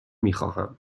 میخواهم